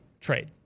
trade